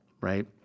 right